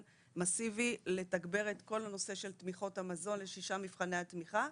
מסיבי לתגבר את כל הנושא של תמיכות המזון לשישה מבחני התמיכה,